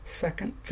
second